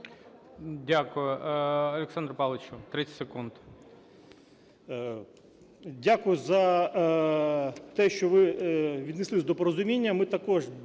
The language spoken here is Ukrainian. Дякую. Олександр Павлович, 30 секунд.